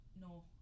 No